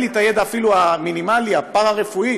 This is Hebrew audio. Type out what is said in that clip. אין לי אפילו הידע המינימלי הפארה-רפואי